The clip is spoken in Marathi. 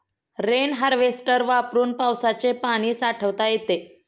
रेन हार्वेस्टर वापरून पावसाचे पाणी साठवता येते